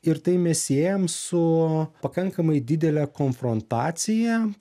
ir tai mes siejam su pakankamai didele konfrontacija